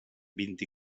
vint